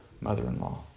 mother-in-law